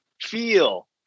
feel